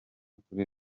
kuri